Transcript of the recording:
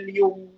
yung